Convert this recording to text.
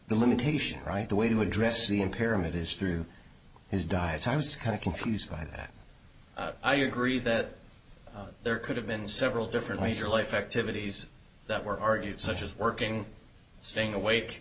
the limitation right the way to address the impairment is through his dive times kind of confused by that i agree that there could have been several different ways your life activities that were argued such as working staying awake